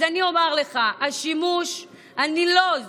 אז אני אומר לך, השימוש הנלוז